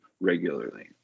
regularly